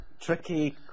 tricky